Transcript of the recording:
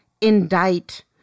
indict